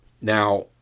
now